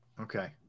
Okay